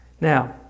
Now